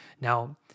Now